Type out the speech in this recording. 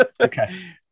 Okay